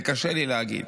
זה קשה לי להגיד,